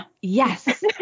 Yes